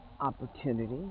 opportunity